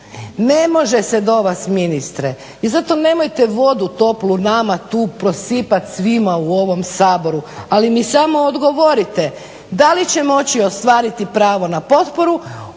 Ne može se do vas ministre. I zato nemojte vodu toplu nama tu prosipat svima u ovom Saboru, ali mi samo odgovorite da li će moći ostvariti pravo na potporu